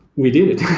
we did it.